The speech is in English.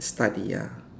study ah